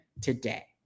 today